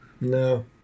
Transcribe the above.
No